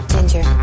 Ginger